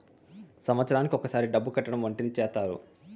సంవత్సరానికి ఒకసారి డబ్బు కట్టడం వంటివి చేత్తారు